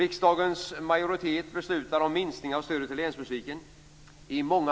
Riksdagens majoritet beslutar om minskning av stödet till länsmusiken.